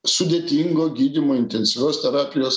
sudėtingo gydymo intensyvios terapijos